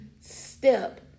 step